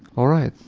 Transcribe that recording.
all right.